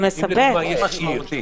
אם לדוגמה יש עיר,